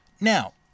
Now